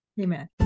Amen